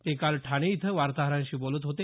ते काल ठाणे इथं वार्ताहरांशी बोलत होते